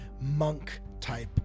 monk-type